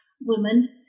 women